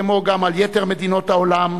כמו גם על יתר מדינות העולם,